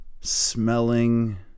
smelling